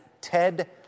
Ted